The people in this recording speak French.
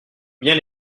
bien